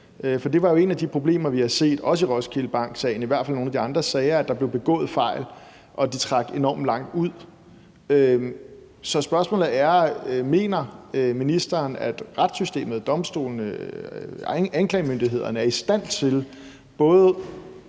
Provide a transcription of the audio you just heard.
For det var jo et af de problemer, vi også så i Roskilde bank-sagen og i hvert fald i nogle af de andre sager, altså at der er blevet begået fejl, og at det trak enormt langt ud. Så spørgsmålet er: Mener ministeren, at retssystemet og domstolene og anklagemyndigheden er i stand til både